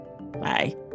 Bye